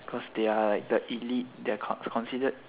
cause they are like the elite they're con~ they're considered